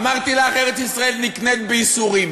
אמרתי לך: ארץ-ישראל נקנית בייסורים,